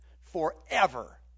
forever